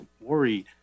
worried